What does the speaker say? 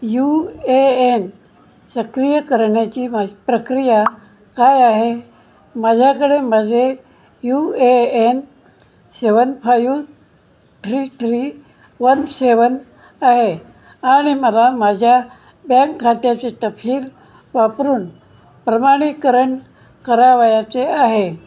you A N सक्रिय करण्याची माज प्रक्रिया काय आहे माझ्याकडे माझे U A N seven five three three one seven आहे आणि मला माझ्या बँक खात्याचे तपशील वापरून प्रमाणीकरण करावयाचे आहे